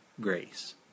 grace